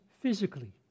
physically